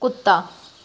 ਕੁੱਤਾ